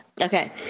Okay